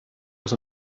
was